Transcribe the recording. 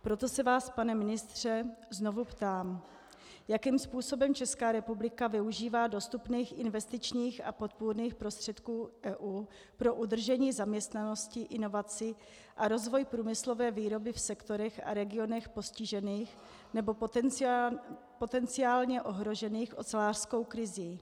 Proto se vás, pane ministře, znovu ptám: Jakým způsobem Česká republika využívá dostupných investičních a podpůrných prostředků EU pro udržení zaměstnanosti, inovací a rozvoj průmyslové výroby v sektorech a regionech postižených nebo potenciálně ohrožených ocelářskou krizí?